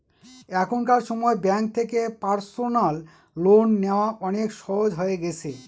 এখনকার সময় ব্যাঙ্ক থেকে পার্সোনাল লোন নেওয়া অনেক সহজ হয়ে গেছে